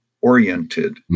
oriented